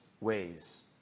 ways